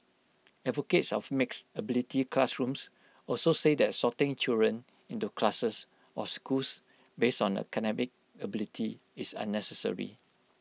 advocates of mixed ability classrooms also say that sorting children into classes or schools based on academic ability is unnecessary